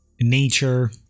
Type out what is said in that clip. nature